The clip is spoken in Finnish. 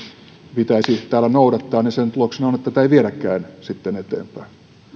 pitäisi täällä noudattaa niin sen tuloksena on että tätä ei viedäkään sitten eteenpäin